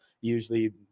Usually